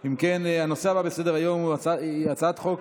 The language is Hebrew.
אם כן, הנושא הבא בסדר-היום הוא הצעת חוק